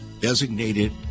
designated